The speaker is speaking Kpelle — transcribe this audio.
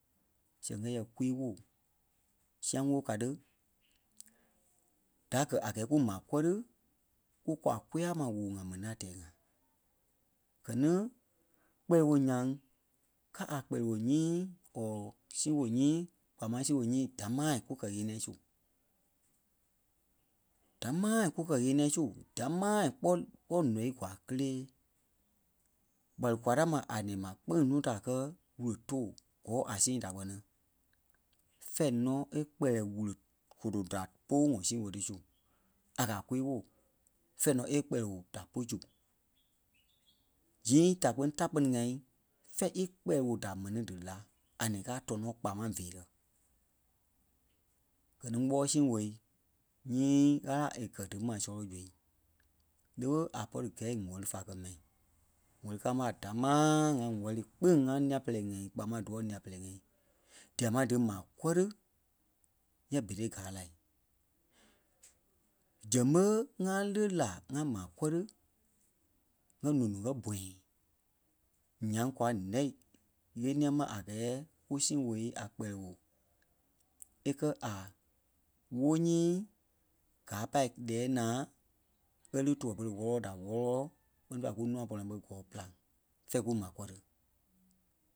Sɛŋ kɛɛ yɛ̂ kwii-woo siaŋ-woo ká tí. Da gɛ a gɛɛ kumaa kɔri kú kwaa kóyaa ma woo ŋa mɛni a tɛɛ-ŋa. Gɛ ni kpɛlɛɛ-woo nyaŋ ká a kpɛlɛɛ-wóo nyii or sii-woo nyii kpaa máŋ sii woo nyii dámaa kú kɛ-ɣeniɛi su. Damaa kú kɛ-ɣeniɛi su damaa kpɔ́- kpɔ nɔ̀ii gwaa kélee. ɓa lí kwaa da maa a nɛ̃ɛ ma kpîŋ núu da kɛ̀ wule tòo kɔɔ a sii da kpɛ́ni fɛ̂ɛ nɔ è kpɛlɛɛ wule- wule da pú wɔ̂ sii-woo tí su. A kɛ̀ a kwii-woo fɛ̂ɛ nɔ e kpɛlɛɛ woo da pú zu. Zii ta kpɛni ta kpɛni ŋai fɛ̂ɛ í kpɛlɛɛ woo da mɛni dí lá a nɛ̃ɛ ka tɔnɔ kpaa máŋ feerɛ. Gɛ ni kpɔɔi sii woo nyii Ɣâla è gɛ̀ dímaa sɔlɔ ɓo zu lè ɓé a pɔri gɛ̂i wɛ́li fá kɛ́ mai. Wɛ́li káa ma a damaa ŋa wɛ́li kpîŋ ŋa nîa-pɛlɛɛ-ŋai kpaa máŋ díwɔ̂ nîa-pɛlɛɛ dîa máŋ dímaa kɔ́ri yɛɛ berei káa lai. Zɛŋ ɓé ŋa lí la ŋa maa kɔ́ri ŋgɛ lóno ŋgɛ bɔ̃yɛ nyaŋ kwa nɛ̂ ɣeniɛi ma a gɛɛ kú sii woo a kpɛlɛɛ woo é kɛ̀ a wóo nyii gaa pâi lɛ́ɛ naa e lí tuɛ-pere wɔ́lɔ-wɔlɔ da wɔlɔ-wɔlɔ kpɛ́ni fêi la kúnua pɔlɔ-ŋai ɓé kɔɔ pîlaŋ fɛ̂ɛ ku maa kɔ́ri.